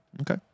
Okay